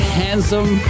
handsome